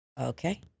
Okay